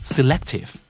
Selective